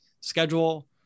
schedule